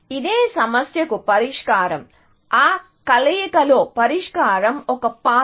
ఇదే సమస్యకు పరిష్కారం ఆ కలయికలో పరిష్కారం ఒక పాత్